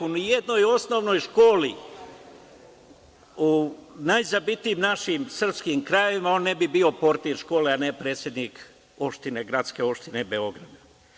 U nijednoj osnovnoj školi u najzabitijim našim srpskim krajevima on ne bi bio portir škole, a ne predsednik gradske opštine Beograd.